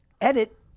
edit